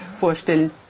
vorstellen